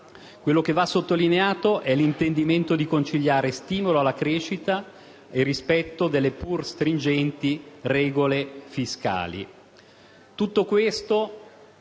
pertanto sottolineato l'intendimento di conciliare stimolo alla crescita e rispetto delle pur stringenti regole fiscali;